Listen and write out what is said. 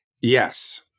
Yes